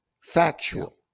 Factual